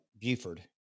Buford